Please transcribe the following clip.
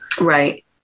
right